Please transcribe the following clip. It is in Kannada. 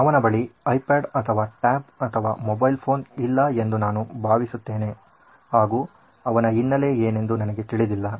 ಅವನ ಬಳಿ ಐಪ್ಯಾಡ್ ಅಥವಾ ಟ್ಯಾಬ್ ಅಥವಾ ಮೊಬೈಲ್ ಫೋನ್ ಇಲ್ಲ ಎಂದು ನಾನು ಬಾವಿಹಿಸುತ್ತೇನೆ ಹಾಗೂ ಅವನ ಹಿನ್ನಲೆ ಏನೆಂದು ನನಗೆ ತಿಳಿದಿಲ್ಲ